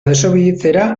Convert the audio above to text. desobeditzera